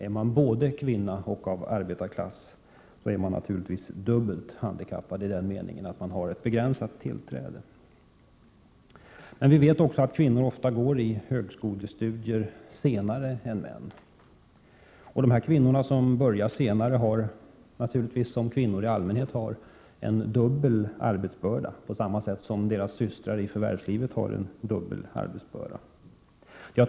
Om man både är kvinna och kommer från arbetarklassen, är man naturligtvis dubbelt handikappad i den meningen att man har begränsat tillträde. Vi vet också att kvinnor ofta studerar på högskola senare än män. De kvinnor som börjar senare har naturligtvis en dubbel arbetsbörda, på samma sätt som deras systrar i arbetslivet har en dubbel arbetsbörda.